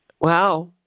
Wow